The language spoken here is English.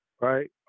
Right